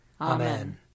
Amen